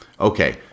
Okay